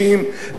חוששים,